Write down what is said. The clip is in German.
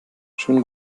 schönen